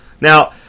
Now